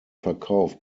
verkauf